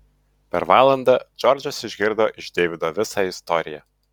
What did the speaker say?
per valandą džordžas išgirdo iš deivido visą istoriją